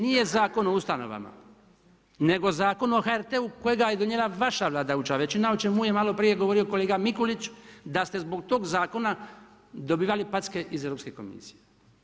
Nije Zakon o ustanovama, nego Zakon o HRT-u kojega je donijela vaša Vlada o čemu je malo prije govorio kolega Mikulić da ste zbog tog zakona dobivali packe iz Europske komisije.